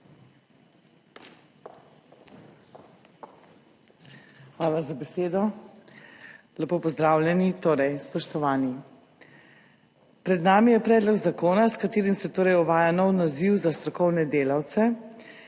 Hvala za besedo. Lepo pozdravljeni. Torej, spoštovani, pred nami je predlog zakona, s katerim se torej uvaja nov naziv za strokovne delavce